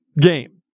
game